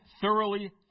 thoroughly